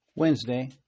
Wednesday